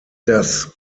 das